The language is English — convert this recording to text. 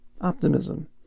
optimism